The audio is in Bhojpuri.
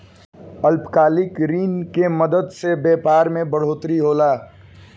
अल्पकालिक ऋण के मदद से व्यापार मे बढ़ोतरी होला